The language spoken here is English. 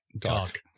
talk